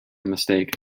mistake